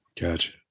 Gotcha